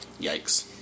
Yikes